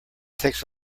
takes